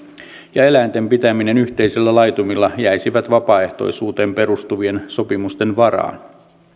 ja eläinten pitäminen yhteisillä laitumilla jäisivät vapaaehtoisuuteen perustuvien sopimusten varaan